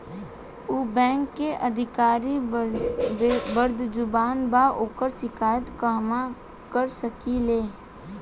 उ बैंक के अधिकारी बद्जुबान बा ओकर शिकायत कहवाँ कर सकी ले